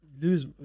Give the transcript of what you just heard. lose